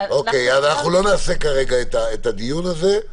אנחנו לא נעשה כרגע את הדיון הזה.